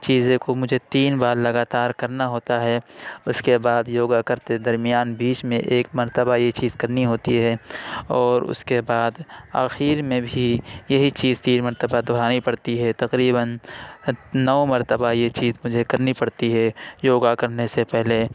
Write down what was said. چیزیں کو مجھے تین بار لگاتار کرنا ہوتا ہے اُس کے بعد یوگا کرتے درمیان بیچ میں ایک مرتبہ یہ چیز کرنی ہوتی ہے اور اُس کے بعد آخر میں بھی یہی چیز تین مرتبہ دہرانی پڑتی ہے تقریباً نو مرتبہ یہ چیز مجھے کرنی پڑتی ہے یوگا کرنے سے پہلے